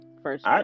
first